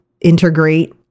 integrate